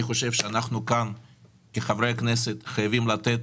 אני חושב שאנחנו כחברי כנסת חייבים לתת